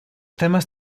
temas